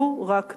לו רק תרצה.